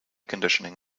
conditioning